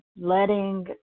letting